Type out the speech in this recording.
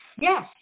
Yes